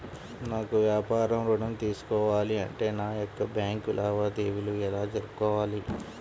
నాకు వ్యాపారం ఋణం తీసుకోవాలి అంటే నా యొక్క బ్యాంకు లావాదేవీలు ఎలా జరుపుకోవాలి?